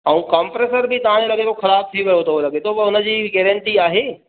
ऐं कंप्रेशर बि तव्हाजो लॻे थो खराब थी वियो लॻे थो पोइ हुनजी गैरंटी आहे